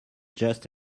just